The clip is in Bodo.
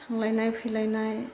थांलायनाय फैलायनाय